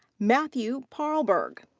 matthew paarlberg.